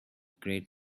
great